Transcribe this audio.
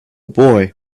boy